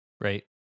Right